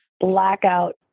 blackout